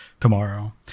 tomorrow